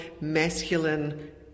masculine